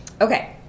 okay